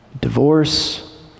divorce